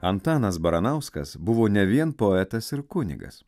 antanas baranauskas buvo ne vien poetas ir kunigas